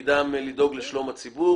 שהתפקיד שלהם הוא לדאוג לשלום הציבור